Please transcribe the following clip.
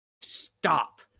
stop